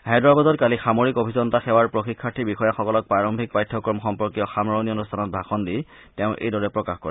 হায়দৰাবাদত কালি সামৰিক অভিযন্তা সেৱাৰ প্ৰশিক্ষাৰ্থী বিষয়াসকলৰ প্ৰাৰম্ভিক পাঠ্যক্ৰম সম্পৰ্কীয় সামৰণী অনুষ্ঠানত ভাষণ দি তেওঁ এইদৰে প্ৰকাশ কৰে